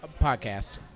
podcast